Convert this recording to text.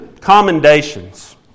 Commendations